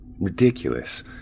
ridiculous